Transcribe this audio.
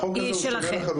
החוק הזה הוא שונה לחלוטין.